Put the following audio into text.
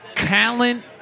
Talent